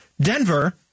Denver